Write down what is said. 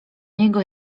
niego